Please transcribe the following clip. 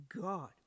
God